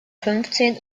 fünfzehn